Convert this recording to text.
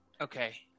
Okay